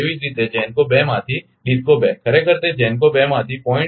તેવી જ રીતે GENCO 2 માંથી DISCO 2 ખરેખર તે GENCO 2 માંથી 0